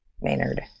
Maynard